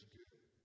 good